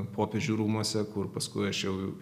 popiežių rūmuose kur paskui aš jau